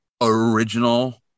original